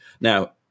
Now